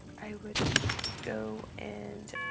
i would go and,